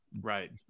Right